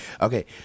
okay